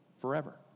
forever